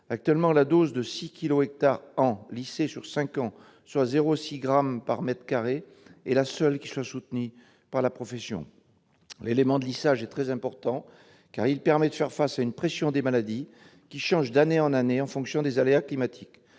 par hectare et par an lissée sur cinq ans, soit 0,6 gramme par mètre carré, est la seule qui soit soutenue par la profession. L'élément de lissage est très important, car il permet de faire face à une pression des maladies, qui change d'année en année en fonction des aléas climatiques.